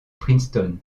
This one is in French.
princeton